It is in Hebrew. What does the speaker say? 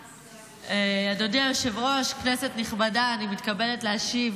אדוני היושב-ראש, כנסת נכבדה, אני מתכבדת להציג